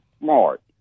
smart